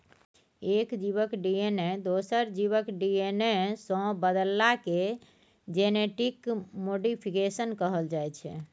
एक जीबक डी.एन.ए दोसर जीबक डी.एन.ए सँ बदलला केँ जेनेटिक मोडीफिकेशन कहल जाइ छै